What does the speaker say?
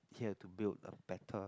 he had to build a better